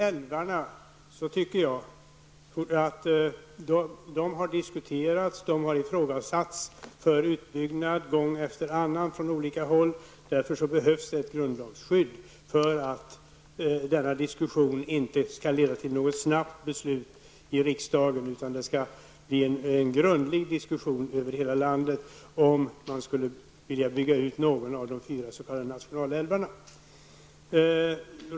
Älvarna har diskuterats och ifrågasatts för utbyggnad gång efter annan från olika håll. Därför behövs det ett grundlagsskydd för att denna diskussion inte skall leda till något snabbt beslut i riksdagen. Det skall vara en grundlig diskussion över hela landet om någon av de fyra s.k. nationalälvarna skall byggas ut.